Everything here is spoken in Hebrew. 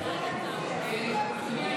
תודה רבה, חבר הכנסת אחמד טיבי.